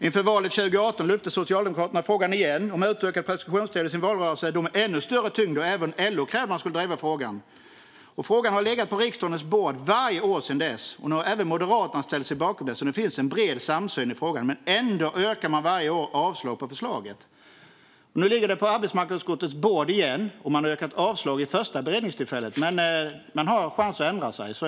Inför valet 2018 lyfte Socialdemokraterna igen fram frågan om utökade preskriptionstider i valrörelsen. Det gjordes då med ännu större tyngd, då även LO krävde att man skulle driva frågan. Frågan har legat på riksdagens bord varje år sedan dess. Nu har även Moderaterna ställt sig bakom det. Det finns en bred samsyn i frågan. Men ändå yrkar man varje år avslag på förslaget. Nu ligger det igen på arbetsmarknadsutskottets bord. Man har yrkat avslag vid första beredningstillfället. Men man har chans att ändra sig.